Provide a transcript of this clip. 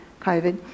COVID